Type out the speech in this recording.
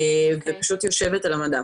ופשוט יושבת על המדף.